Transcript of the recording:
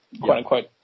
quote-unquote